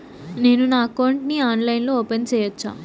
నేను నా అకౌంట్ ని ఆన్లైన్ లో ఓపెన్ సేయొచ్చా?